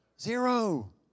zero